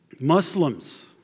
Muslims